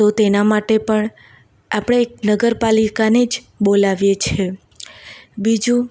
તો તેના માટે પણ આપણે એક નગરપાલિકાને જ બોલાવીએ છે બીજું